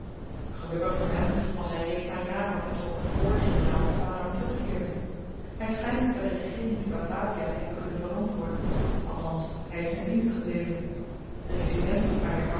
gelukkig voor hem was hy reeds naar java vertrokken voor de generaal te padang terugkeerde hy schynt zich by de regeering te batavia te hebben kunnen verantwoorden althans hy is in dienst gebleven de resident van